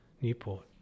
Newport